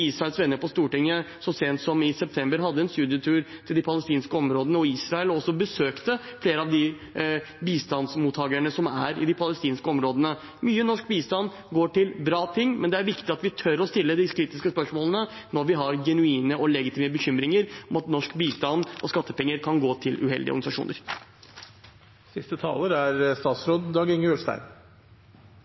venner på Stortinget så sent som i september hadde en studietur til de palestinske områdene og Israel, og også besøkte flere av bistandsmottakerne i de palestinske områdene. Mye norsk bistand går til bra ting, men det er viktig at vi tør å stille de kritiske spørsmålene når vi har genuine og legitime bekymringer om at norsk bistand og skattepenger kan gå til organisasjoner med uheldige bindinger. Takk for debatt. Det er